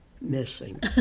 missing